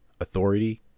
authority